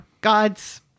god's